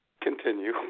Continue